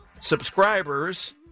subscribers